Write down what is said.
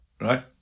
right